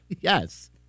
Yes